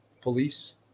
Police